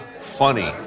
funny